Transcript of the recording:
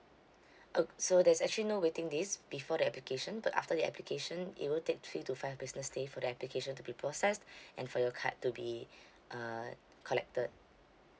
oh so there's actually no waiting list before the application but after the application it will take three to five business day for the application to be processed and for your card to be uh collected